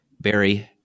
Barry